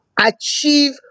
achieve